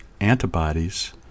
antibodies